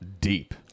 deep